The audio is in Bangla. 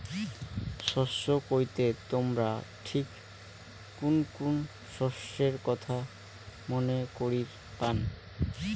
শস্য কইতে তোমরা ঠিক কুন কুন শস্যের কথা মনে করির পান?